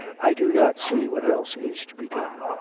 i do not see what els'e is to be done.